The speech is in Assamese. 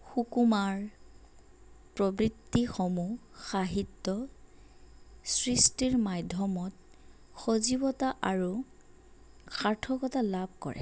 সুকুমাৰ প্ৰবৃত্তিসমূহ সাহিত্য সৃষ্টিৰ মাধ্যমত সজীৱতা আৰু সাৰ্থকতা লাভ কৰে